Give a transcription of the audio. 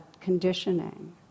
conditioning